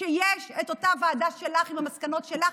כשיש את אותה ועדה שלך עם המסקנות שלך,